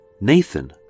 Nathan